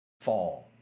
fall